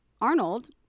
Arnold